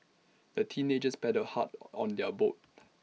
the teenagers paddled hard on their boat